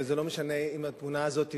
וזה לא משנה אם התמונה הזאת,